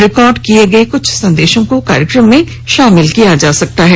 record किए गए कुछ संदेशों को कार्यक्रम में शामिल किया जा सकता है